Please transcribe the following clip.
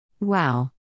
Wow